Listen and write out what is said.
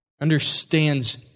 understands